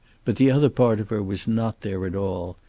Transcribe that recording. but the other part of her was not there at all.